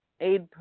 aid